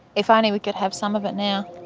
if only we could have some of it now.